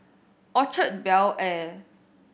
Orchard Bel Air